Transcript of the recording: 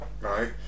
right